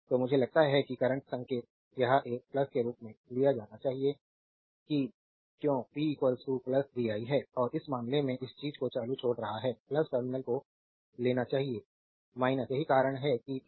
तो मुझे लगता है कि करंट संकेत यह एक के रूप में लिया जाना चाहिए कि क्यों पी vi है और इस मामले में इस चीज को चालू छोड़ रहा है टर्मिनल को लेना चाहिए यही कारण है कि पी vi